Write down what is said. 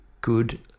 good